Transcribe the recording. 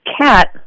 cat